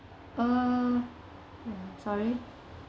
uh sorry